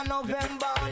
November